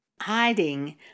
hiding